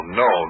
no